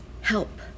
Help